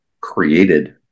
created